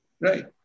right